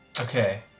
Okay